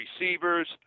receivers